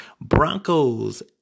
Broncos